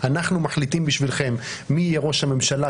אנחנו מחליטים בשבילכם מי יהיה ראש הממשלה,